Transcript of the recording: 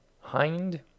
Hind